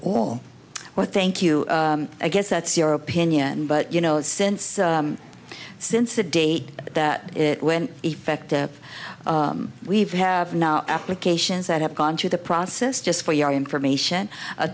all well thank you i guess that's your opinion but you know since since the date that it went effective we have now applications that have gone through the process just for your information a